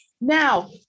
now